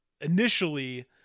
initially